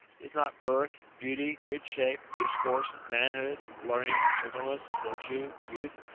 is not birth, beauty, good shape, discourse, manhood, learning, gentleness, virtue, youth,